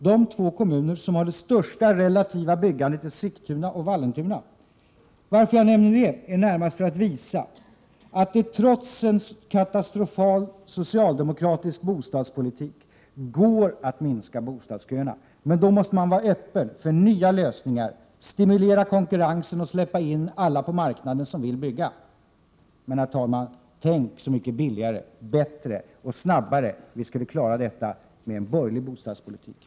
De två kommuner som har det största relativa byggandet är Sigtuna och Vallentuna. Jag nämner detta närmast för att visa att det trots en katastrofal socialdemokratisk bostadspolitik går att minska bostadsköerna. Men då måste man vara öppen för nya lösningar, stimulera konkurrensen och släppa in alla på marknaden som vill bygga. Men, herr talman, tänk så mycket billigare, bättre och snabbare vi skulle klara detta med en borgerlig bostadspolitik!